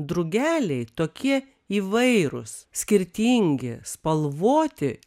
drugeliai tokie įvairūs skirtingi spalvoti